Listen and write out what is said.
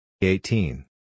eighteen